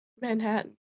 Manhattan